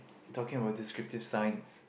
it's talking about descriptive science